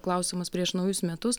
klausimas prieš naujus metus